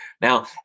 Now